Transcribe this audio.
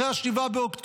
גם אחרי 7 באוקטובר,